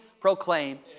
proclaim